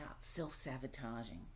self-sabotaging